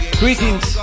greetings